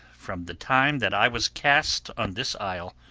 from the time that i was cast on this isle,